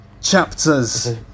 chapters